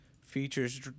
Features